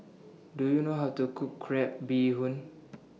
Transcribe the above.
Do YOU know How to Cook Crab Bee Hoon